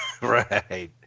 Right